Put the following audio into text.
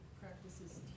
practices